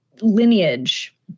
lineage